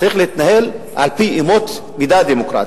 צריך להתנהל על-פי אמות מידה דמוקרטיות.